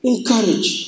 Encourage